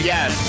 Yes